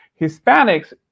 Hispanics